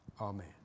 Amen